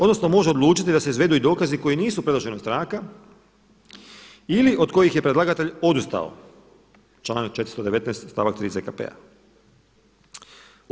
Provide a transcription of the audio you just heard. Odnosno može odlučiti da se izvedu i dokazi koji nisu predloženi od stranka ili od kojih je predlagatelj odustao, članak 419. stavak 3. ZKP-a.